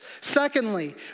Secondly